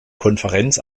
konferenz